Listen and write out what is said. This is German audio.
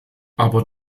aber